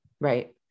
Right